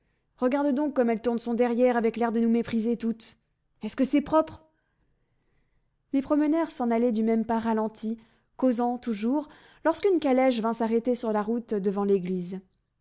regarde donc comme elle tourne son derrière avec l'air de nous mépriser toutes est-ce que c'est propre les promeneurs s'en allaient du même pas ralenti causant toujours lorsqu'une calèche vint s'arrêter sur la route devant l'église